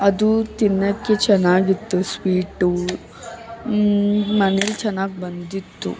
ಅದು ತಿನ್ನೊಕ್ಕೆ ಚೆನ್ನಾಗಿತ್ತು ಸ್ವೀಟು ಮನೆಲ್ಲಿ ಚೆನ್ನಾಗಿ ಬಂದಿತ್ತು